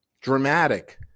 dramatic